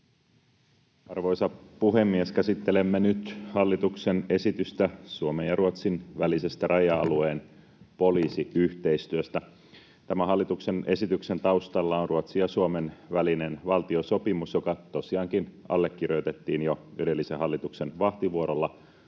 Arvoisa puhemies! Käsittelemme nyt hallituksen esitystä Suomen ja Ruotsin välisestä raja-alueen poliisiyhteistyöstä. Tämän hallituksen esityksen taustalla on Ruotsin ja Suomen välinen valtiosopimus, joka tosiaankin allekirjoitettiin jo edellisen hallituksen vahtivuorolla